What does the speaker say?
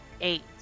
Eight